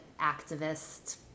activist